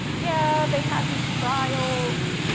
yeah they had these trials.